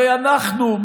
הרי אנחנו,